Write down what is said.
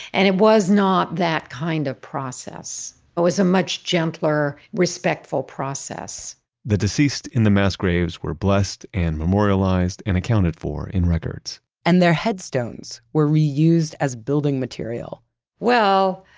and it was not that kind of process. it was a much gentler, respectful process the deceased in the mass graves were blessed and memorialized and accounted for in records and their headstones were reused as building material well,